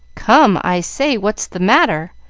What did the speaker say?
come, i say! what's the matter?